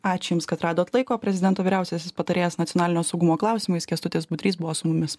ačiū jums kad radot laiko prezidento vyriausiasis patarėjas nacionalinio saugumo klausimais kęstutis budrys buvo su mumis